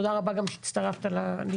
תודה רבה שהצטרפת לדיון.